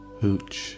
hooch